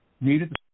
needed